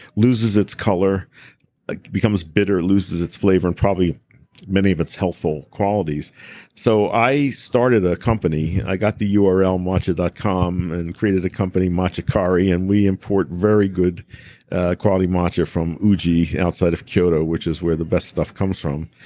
loses its color, it becomes bitter, loses its flavor, and probably many of its healthful qualities so i started the company, i got the url matcha dot com and created a company matcha kari, and we import very good quality matcha from uji outside of kyoto which is where the best stuff comes from.